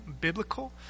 biblical